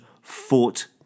fought